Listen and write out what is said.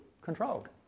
controlled